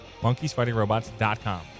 monkeysfightingrobots.com